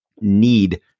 need